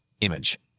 Image